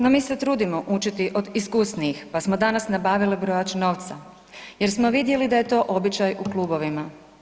No mi se trudimo učiti od iskusnijih pa smo danas nabavile brojač novca jer smo vidjeli da je to običaj u klubovima.